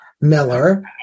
Miller